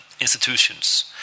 institutions